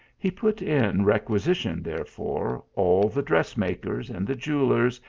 he put in requisi tion, therefore, all the dress makers, and the jewel lers,